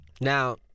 Now